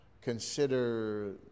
consider